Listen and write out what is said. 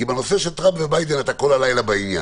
כי בנושא של טראמפ וביידן אתה כל הלילה בעניין.